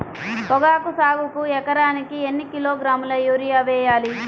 పొగాకు సాగుకు ఎకరానికి ఎన్ని కిలోగ్రాముల యూరియా వేయాలి?